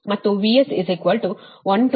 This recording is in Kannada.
ಮತ್ತು VS 129